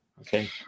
Okay